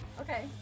Okay